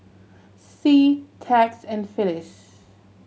Sie Tex and Phyliss